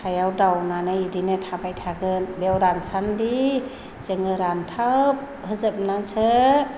सायाव दावनानै बिदिनो थाबाय थागोन बेयाव रानसान्दि जोङो रान्थाबहोजोबनानैसो